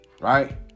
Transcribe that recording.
right